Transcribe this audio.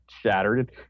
shattered